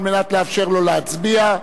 כדי לאפשר לו להצביע.